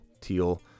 Teal